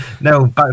no